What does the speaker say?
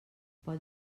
pel